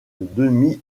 demi